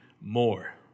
more